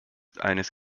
eines